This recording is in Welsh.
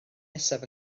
nesaf